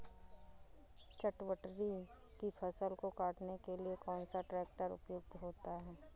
चटवटरी की फसल को काटने के लिए कौन सा ट्रैक्टर उपयुक्त होता है?